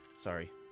Sorry